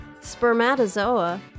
spermatozoa